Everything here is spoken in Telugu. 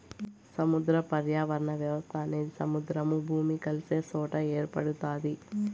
సముద్ర పర్యావరణ వ్యవస్థ అనేది సముద్రము, భూమి కలిసే సొట ఏర్పడుతాది